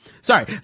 Sorry